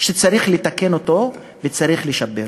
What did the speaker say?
שצריך לתקן אותו וצריך לשפר אותו.